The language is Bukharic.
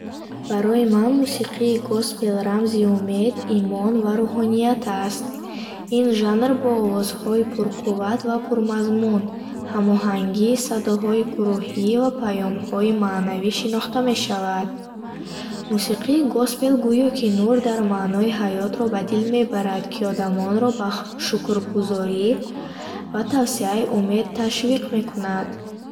Барои ман мусиқии госпел рамзи умед, имон ва рӯҳоният аст. Ин жанр бо овозҳои пурқувват ва пурмазмун, ҳамоҳангии садоҳои гурӯҳӣ ва паёмҳои маънавӣ шинохта мешавад. Мусиқии госпел гӯё ки нур ва маънои ҳаётро ба дил мебарад, ки одамонро ба шукргузорӣ ва тавсеаи умед ташвиқ мекунад.